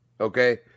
Okay